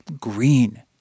green